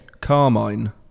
Carmine